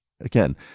Again